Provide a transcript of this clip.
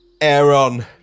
Aaron